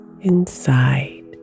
inside